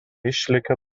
išlikę